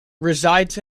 resides